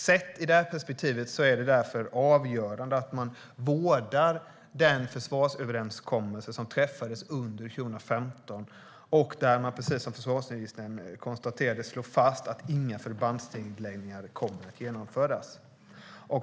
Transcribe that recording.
Sett i detta perspektiv är det därför avgörande att man vårdar den försvarsöverenskommelse som träffades under 2015 och där man som försvarsministern konstaterade slår fast att inga förbandsnedläggningar kommer att genomföras.